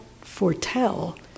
foretell